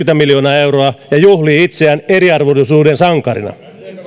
miljoonaa euroa ja juhlii itseään eriarvoisuuden sankarina